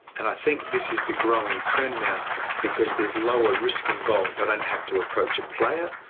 and i think this is the growing trend now because there's lower risk involved. i don't have to approach a player,